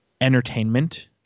entertainment